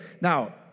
Now